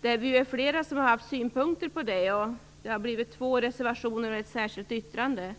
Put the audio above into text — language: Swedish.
Vi är ju flera som har haft synpunkter på det, och det har resulterat i två reservationer och ett särskilt yttrande.